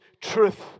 truth